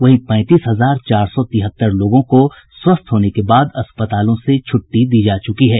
वहीं पैंतीस हजार चार सौ तिहत्तर लोगों को स्वस्थ होने के बाद अस्पतालों से छुट्टी दी जा चुकी है